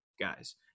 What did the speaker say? guys